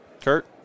Kurt